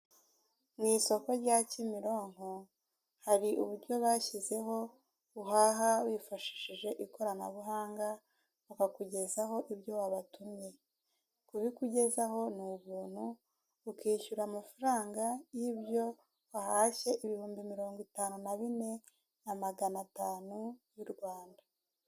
Mwisoko rya kimirinko hari uburyo bashyizeho, uhaha wifashishije ikoranabuhanga bakakugezaho ibyo wabatumye, kubikugezaho ni Ubuntu, ukishyura amafaranga y' ibyo wahashye ibihumbi mirongitatu na bine na maganatanu yurwanda.